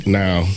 now